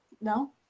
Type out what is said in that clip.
No